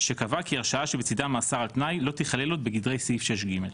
שקבעה כי הרשעה שבצידה מאסר על תנאי לא תיכלל עוד בגדרי סעיף 6(ג).